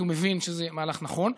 כי הוא מבין שזה מהלך נכון.